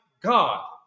God